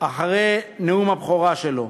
אחרי נאום הבכורה שלו.